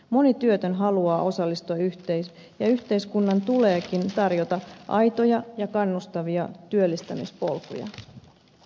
moni työtön haluaa osallistua ja yhteiskunnan tuleekin tarjota aitoja ja kannustavia työllistämispolkuja